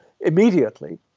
immediately